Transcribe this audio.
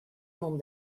mont